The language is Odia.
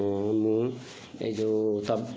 ହଁ ହଁ ମୁଁ ଏ ଯେଉଁ